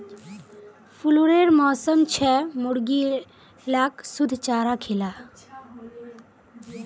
फ्लूरेर मौसम छेक मुर्गीक शुद्ध चारा खिला